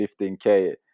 15k